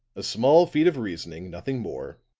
a small feat of reasoning, nothing more,